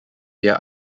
their